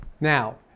Now